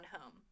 home